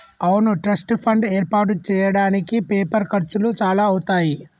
అవును trust fund ఏర్పాటు చేయడానికి పేపర్ ఖర్చులు చాలా అవుతాయి